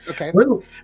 okay